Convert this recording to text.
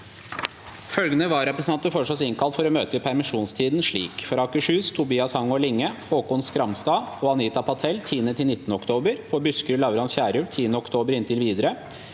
Følgende vararepresentanter innkalles for å møte i permisjonstiden slik: For Akershus: Tobias Hangaard Linge, Haakon Skramstad og Anita Patel 10.–19. oktober For Buskerud: Lavrans Kierulf 10. oktober og inntil videre